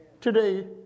Today